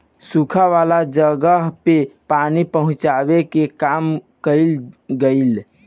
सुखा वाला जगह पे पानी पहुचावे के काम कइल गइल